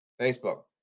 Facebook